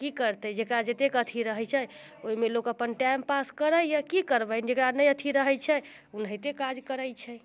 की करतै जेकरा जतेक अथी रहैत छै ओहिमे लोक अपन टाइम पास करैया की करबै जेकरा नहि अथी रहैत छै ओनाहिते काज करैत छै